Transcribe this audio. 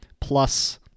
plus